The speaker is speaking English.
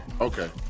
okay